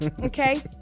okay